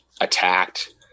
attacked